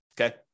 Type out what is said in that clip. Okay